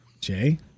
Jay